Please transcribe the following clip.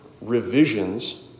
revisions